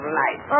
life